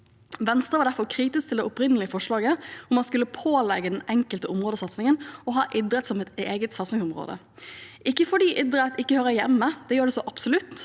Venstre var derfor kritisk til det opprinnelige forslaget, hvor man skulle pålegge den enkelte områdesatsingen å ha idrett som et eget satsingsområde – ikke fordi idrett ikke hører hjemme der, det gjør det så absolutt,